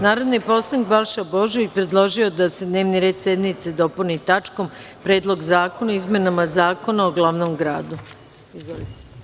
Narodni poslanik Balša Božović predložio je da se dnevni red sednice dopuni tačkom – Predlog zakona o izmenama Zakona o glavnom gradu.